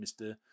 Mr